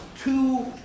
two